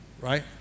right